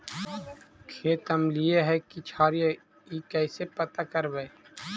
खेत अमलिए है कि क्षारिए इ कैसे पता करबै?